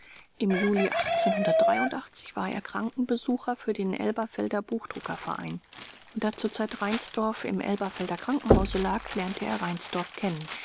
im juli war er krankenbesucher für den elberfelder buchdruckerverein und da zur zeit reinsdorf im elberfelder krankenhause lag lernte er reinsdorf kennen